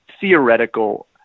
theoretical